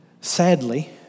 Sadly